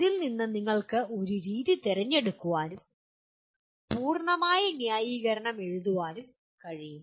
അതിൽ നിന്ന് നിങ്ങൾക്ക് ഒരു രീതി തിരഞ്ഞെടുക്കാനും അതിനൊപ്പം പൂർണ്ണമായ ന്യായീകരണം നൽകാനും കഴിയും